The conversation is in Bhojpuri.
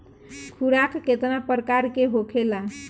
खुराक केतना प्रकार के होखेला?